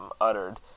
uttered